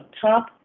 top